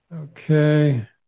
okay